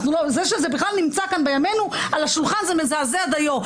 זה שזה בכלל נמצא כאן בימינו על השולחן זה מזעזע דיו,